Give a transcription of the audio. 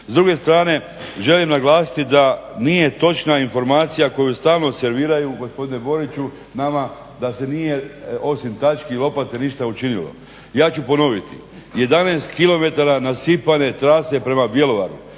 S druge strane želim naglasiti nije točna informacija koju stalno serviraju gospodine Boriću nama da se nije osim tački i lopate ništa učinilo. Ja ću ponoviti, 11 km nasipane trase prema Bjelovaru,